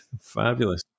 Fabulous